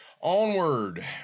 onward